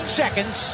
seconds